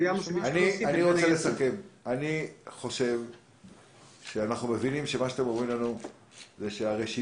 אני חושב שאנחנו מבינים שאתם אומרים לנו שהרשימה,